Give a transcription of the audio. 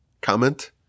comment